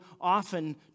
often